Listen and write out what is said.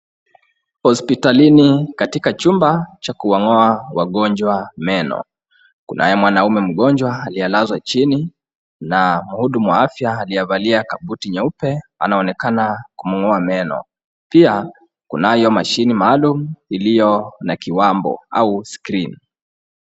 Hospitalini katika chumba cha kuwang'oa wagonjwa meno. Kunaye mwanaume mgonjwa aliyelazwa chini na mhudumu wa afya aliyevalia kabuti nyeupe anaonekana kumng'oa meno. Pia kunayo mashini maalum iliyo na kiwambo au screen .